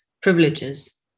privileges